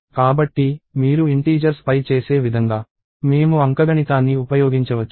కాబట్టి మీరు ఇంటీజర్స్ పై చేసే విధంగా మేము అంకగణితాన్ని ఉపయోగించవచ్చు